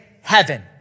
heaven